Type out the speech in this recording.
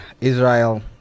Israel